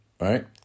Right